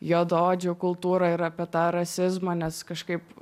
juodaodžių kultūrą ir apie tą rasizmą nes kažkaip